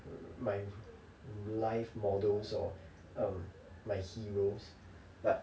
mm my life models or or my heroes but